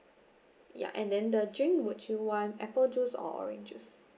ya and then the drink would you want apple juice or orange juice